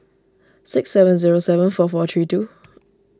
six seven zero seven four four three two